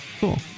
Cool